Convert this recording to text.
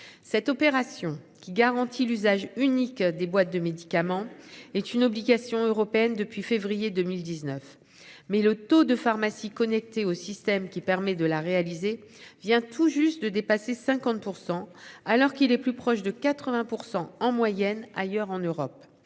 Cette opération qui garantit l'usage unique des boîtes de médicaments est une obligation européenne depuis février 2019 mais le taux de pharmacie connecté au système qui permet de la réaliser vient tout juste de dépasser 50%, alors qu'il est plus proche de 80% en moyenne. Ailleurs en Europe.